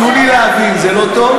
תנו לי להבין, זה לא טוב?